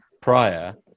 prior